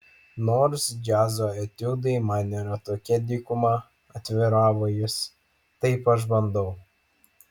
nors džiazo etiudai man yra tokia dykuma atviravo jis taip aš bandau